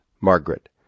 Margaret